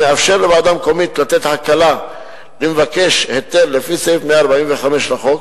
המאפשר לוועדה מקומית לתת הקלה למבקש היתר לפי סעיף 145 לחוק.